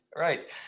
right